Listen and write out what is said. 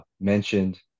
mentioned